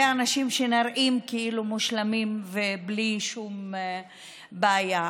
אנשים שנראים כאילו הם מושלמים ובלי שום בעיה.